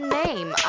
name